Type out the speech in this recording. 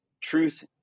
truth